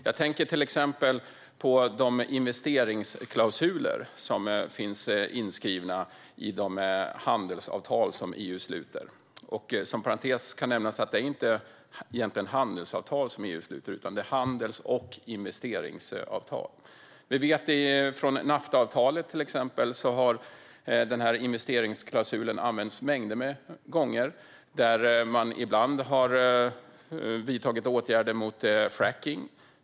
Jag tänker till exempel på de investeringsklausuler som finns inskrivna i de handelsavtal som EU sluter. Som parentes kan jag nämna att det egentligen inte är handelsavtal som EU sluter, utan det är handels och investeringsavtal. När det gäller till exempel Naftaavtalet har denna investeringsklausul använts mängder av gånger. Ibland har man vidtagit åtgärder mot frackning.